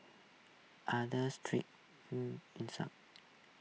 other street in some